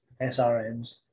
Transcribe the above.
SRMs